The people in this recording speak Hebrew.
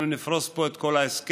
אנחנו נפרוס פה את כל ההסכם,